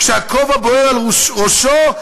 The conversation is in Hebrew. שהכובע בוער על ראשו,